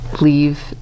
leave